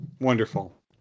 wonderful